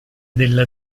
della